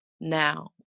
now